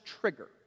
trigger